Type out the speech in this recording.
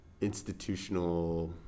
institutional